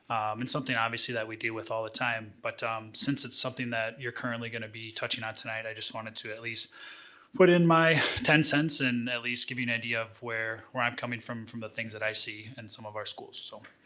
and something, obviously, that we deal with all the time. but since it's something that you're currently gonna be touching on tonight, i just wanted to at least put in my ten cents, and at least give you an idea of where where i'm coming from, from the things that i see in some of our schools. so,